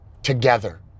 together